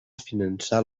finançar